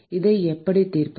இதை எப்படி தீர்ப்பது